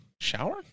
Shower